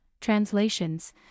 translations